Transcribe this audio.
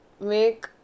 make